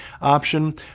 option